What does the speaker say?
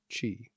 chi